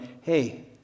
hey